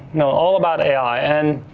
you know all about ai, and